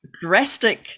drastic